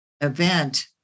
event